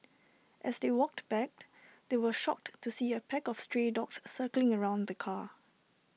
as they walked back they were shocked to see A pack of stray dogs circling around the car